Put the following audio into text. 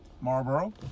Marlboro